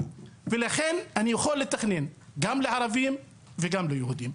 ולכן אני יכול לתכנן גם לערבים וגם ליהודים.